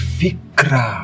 fikra